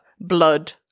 blood